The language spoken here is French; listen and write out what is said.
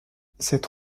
cette